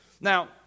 Now